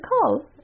call